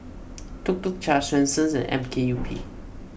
Tuk Tuk Cha Swensens and M K U P